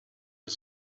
was